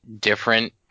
different